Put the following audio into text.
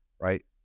right